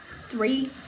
three